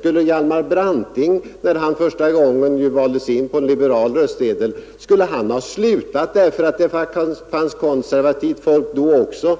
Skulle Hjalmar Branting, som ju första gången valdes in på en liberal lista, när han kommit in i riksdagen omedelbart ha slutat att kämpa för den allmänna rösträtten därför att det fanns konservativt folk då också